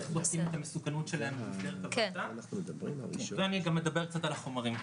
איך בודקים את המסוכנות שלהם ואני גם אדבר קצת על החומרים.